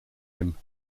him